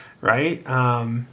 right